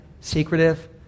secretive